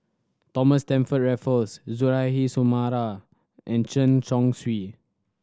Thomas Stamford Raffles Suzairhe Sumari and Chen Chong Swee